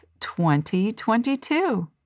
2022